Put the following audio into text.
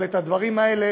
אבל הדברים האלה